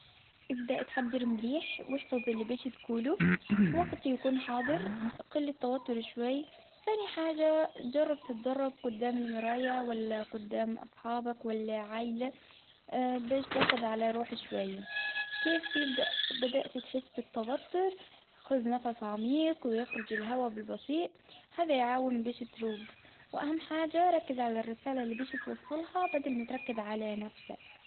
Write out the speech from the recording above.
إبدأ اتحضر مليح واحفظ اللي باش تقوله وقت يكون حاضريقل التوتر شوي، ثاني حاجة جرب تتدرب قدام المرايا والا قدام أصحابك والا عائلة، تاخد على روحي شوية، كيف يبدأ بدأت تحس بالتوتر، خذ نفس عميق ويخرج الهوا بالبطيء هذا يعاون باش تروق وأهم حاجة ركز على الرسالة اللي باش توصلها بدل ما تركز على نفسك.